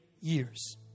years